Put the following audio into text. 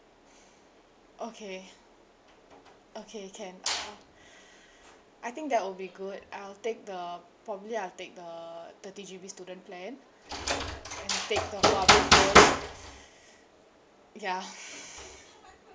okay okay can uh I think that will be good I'll take the probably I'll take the thirty G_B student plan and take the huawei phone ya